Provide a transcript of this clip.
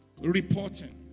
Reporting